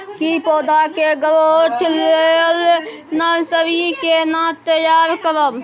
की पौधा के ग्रोथ लेल नर्सरी केना तैयार करब?